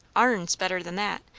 our'n's better than that.